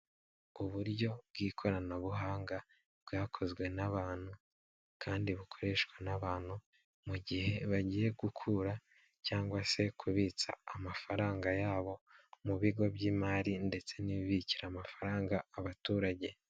Uburyo bw'ikoranabuhanga bwakozwe n'abantu kandi bukoreshwa n'abantu mu gihe bagiye gukura cyangwa se kubitsa amafaranga yabo mu bigo by'imari ndetse n'ibibikira amafaranga abaturage.